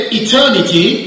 eternity